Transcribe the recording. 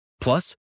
plus